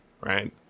Right